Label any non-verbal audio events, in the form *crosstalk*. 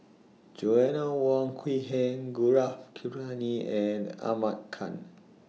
Joanna Wong Quee Heng Gaurav *unintelligible* and Ahmad Khan